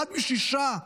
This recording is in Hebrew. אחד משישה,